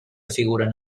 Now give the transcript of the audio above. figuren